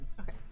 Okay